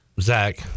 zach